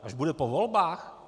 Až bude po volbách?